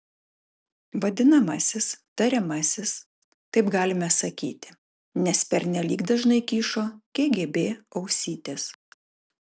vadinamasis tariamasis taip galime sakyti nes pernelyg dažnai kyšo kgb ausytės